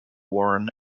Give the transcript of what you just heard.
warren